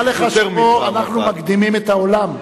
דע לך שפה אנחנו מקדימים את העולם.